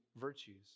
virtues